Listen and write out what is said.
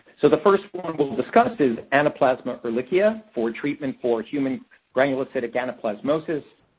so, the first one we'll discuss is anaplasma ehrlichia for treatment for human granulocytic anaplasmosis,